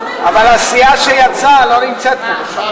הסיעה שיצאה לא נמצאת פה בכלל.